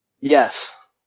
Yes